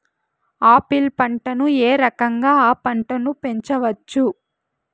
Apple పంటను ఏ రకంగా అ పంట ను పెంచవచ్చు?